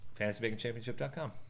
fantasybakingchampionship.com